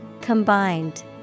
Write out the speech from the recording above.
Combined